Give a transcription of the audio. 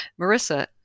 Marissa